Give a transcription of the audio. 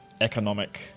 economic